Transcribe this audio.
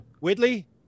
Whitley